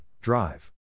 Drive